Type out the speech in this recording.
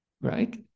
right